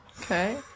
okay